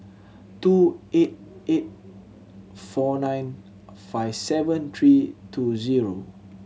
two eight eight four nine five seven three two zero